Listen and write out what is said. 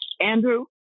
Andrew